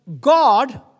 God